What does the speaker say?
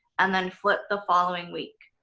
and then flip the following week.